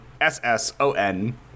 S-S-O-N